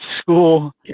school